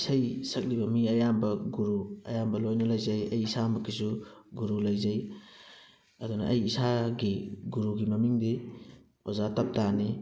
ꯏꯁꯩ ꯁꯛꯂꯤꯕ ꯃꯤ ꯑꯌꯥꯝꯕ ꯒꯨꯔꯨ ꯑꯌꯥꯝꯕ ꯂꯣꯏꯅ ꯂꯩꯖꯩ ꯑꯩ ꯏꯁꯥꯃꯛꯀꯤꯁꯨ ꯒꯨꯔꯨ ꯂꯩꯖꯩ ꯑꯗꯨꯅ ꯑꯩ ꯏꯁꯥꯒꯤ ꯒꯨꯔꯨꯒꯤ ꯃꯃꯤꯡꯗꯤ ꯑꯣꯖꯥ ꯇꯞꯇꯥꯅꯤ